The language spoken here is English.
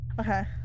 Okay